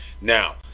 Now